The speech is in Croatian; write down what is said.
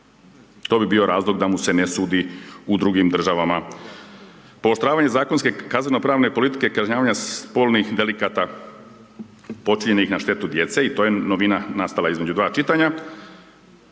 to bi bio razlog da mu se ne sudi u drugim državama. Pooštravanje zakonske kazneno-pravne politike kažnjavanja spolnih delikata počinjenih na štetu djece, i to je novina nastala između dva čitanja.